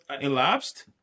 elapsed